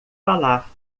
falar